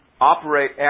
operate